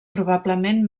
probablement